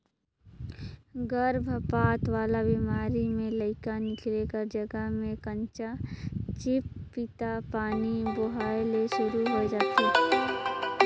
गरभपात वाला बेमारी में लइका निकले कर जघा में कंचा चिपपिता पानी बोहाए ले सुरु होय जाथे